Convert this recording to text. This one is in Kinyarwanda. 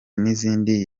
n’izindi